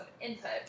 input